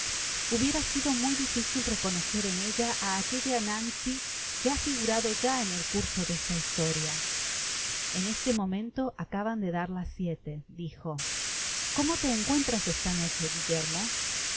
hubiera sido muy dificil reconocer en ella á aquella nancy que ha figurado ya en el curso de esta historia en este momento acaban de dar la siete dijo cómo te encuentras esta noche guillermo